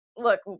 look